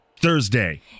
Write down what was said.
Thursday